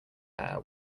air